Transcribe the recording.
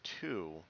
two